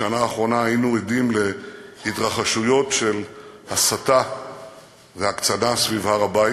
בשנה האחרונה היינו עדים להתרחשויות של הסתה והקצנה סביב הר-הבית.